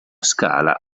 scala